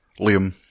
Liam